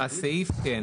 כן.